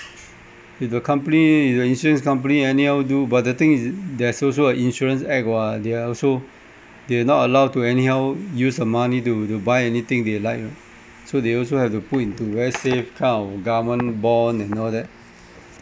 if the company the insurance company anyhow do but the thing is there's also a insurance act [what] they are also they're not allowed to anyhow use the money to to buy anything they like so they also have to put into very safe kind of government bond and all that